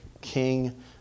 King